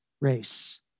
race